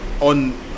on